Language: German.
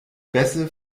bässe